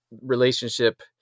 relationship